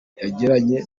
yagiranye